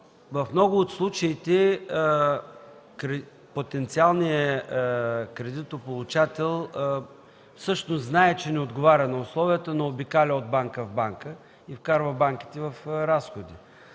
В много от случаите потенциалният кредитополучател всъщност знае, че не отговаря на условията, но обикаля от банка в банка и вкарва банките в разходи.